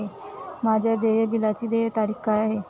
माझ्या देय बिलाची देय तारीख काय आहे?